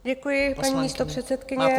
Děkuji, paní místopředsedkyně.